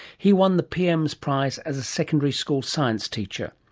he won the pm's prize as a secondary school science teacher,